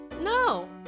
No